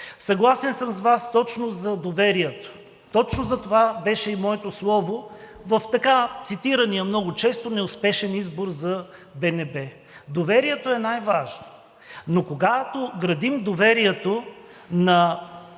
съгласен съм с Вас точно за доверието. Точно затова беше и моето слово в така цитирания много често неуспешен избор за Българската народна банка. Доверието е най важно, но когато градим доверието на